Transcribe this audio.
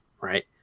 right